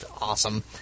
awesome